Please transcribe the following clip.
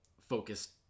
focused